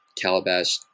calabash